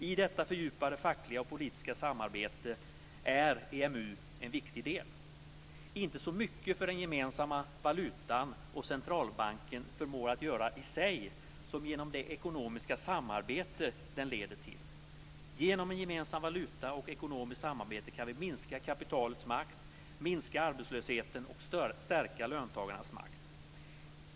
I detta fördjupade fackliga och politiska samarbete är EMU en viktig del - men inte så mycket för vad den gemensamma valutan och Centralbanken förmår göra i sig som genom det ekonomiska samarbete som den leder till. Genom en gemensam valuta och ekonomiskt samarbete kan vi minska kapitalets makt, minska arbetslösheten och stärka löntagarnas makt.